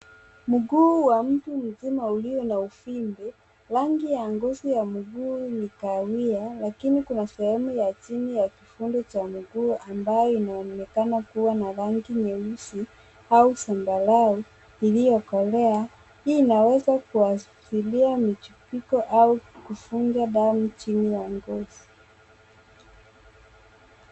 Mguu wa mtu mzima ulio na uvimbe. Rangi ya ngozi ya mguu ni kahawia lakini kuna sehemu ya chini ya kifundo cha mguu ambayo inaonekana kuwa na rangi nyeusi au zamabarau iliyokolea. Hii inaweza kuashiria michupiko au kuvunja damu chini ya ngozi.